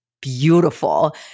beautiful